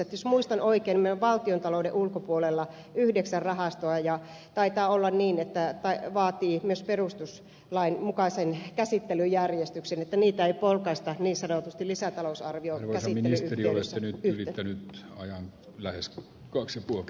jos muistan oikein niin meillä on valtiontalouden ulkopuolella yhdeksän rahastoa ja taitaa olla niin että vaatii myös perustuslain mukaisen käsittelyjärjestyksen että niitä ei polkaista niin sanotusti lisätalousarvion vesiministeri olisin yrittänyt ajan lähes kaksi vuotta